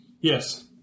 Yes